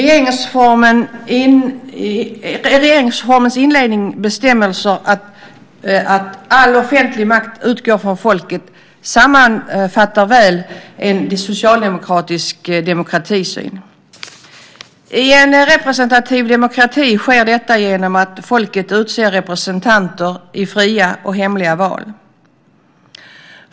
Fru talman! Regeringsformens inledningsbestämmelse att all offentlig makt utgår från folket sammanfattar väl en socialdemokratisk demokratisyn. I en representativ demokrati sker detta genom att folket utser representanter i fria och hemliga val.